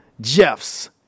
Jeff's